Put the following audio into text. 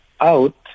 out